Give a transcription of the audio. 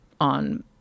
on